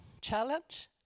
challenge